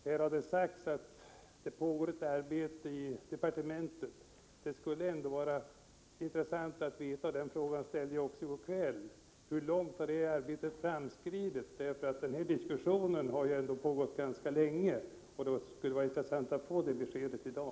Det har sagts att det pågår ett arbete inom departementet. Det skulle vara intressant att veta hur långt det arbetet har framskridit. Den frågan ställde jag också i går kväll. Denna diskussion har pågått ganska länge. Det skulle vara intressant att få besked i dag.